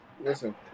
listen